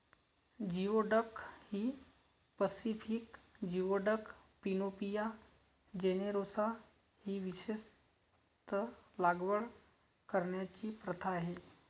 geoduck ही Pacific geoduck, Panopea generosa ही विशेषत लागवड करण्याची प्रथा आहे